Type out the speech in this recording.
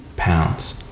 Pounds